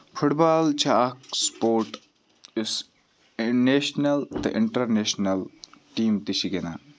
foot بال چھےٚ اکھ support یُس نیشنَل تہٕ اِنٹرنیشنَل ٹیٖم تہِ چھِ گِندان